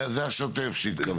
זה השוטף שהתכוונתי.